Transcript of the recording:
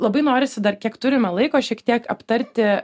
labai norisi dar kiek turime laiko šiek tiek aptarti